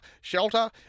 shelter